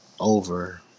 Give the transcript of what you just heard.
over